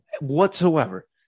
whatsoever